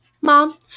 Mom